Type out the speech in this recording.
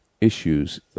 issues